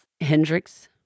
Hendrix